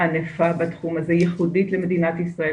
ענפה בתחום הזה, ייחודית למדינת ישראל.